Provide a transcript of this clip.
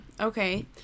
okay